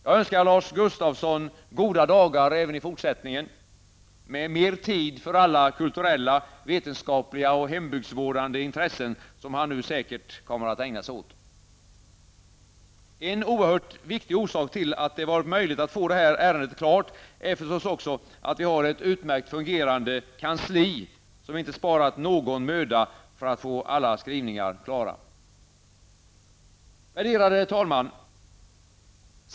Jag önskar Lars Gustafsson goda dagar även i fortsättningen med mer tid för alla kulturella, vetenskapliga och hembygdsvårdande intressen, som han nu säkert kommer att ägna sig åt. En oerhört viktig orsak till att det har varit möjigt att få det här ärendet klart är förstås också att vi har ett utmärkt fungerande kansli, som inte har sparat någon möda för att få alla skrivningar klara. Värderade talman!